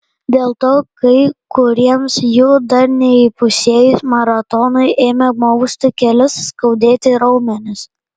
dėl to kai kuriems jų dar neįpusėjus maratonui ėmė mausti kelius skaudėti raumenis